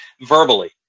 verbally